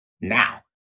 now